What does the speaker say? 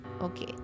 Okay